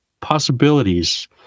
possibilities